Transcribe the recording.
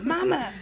Mama